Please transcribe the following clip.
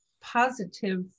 positive